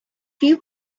few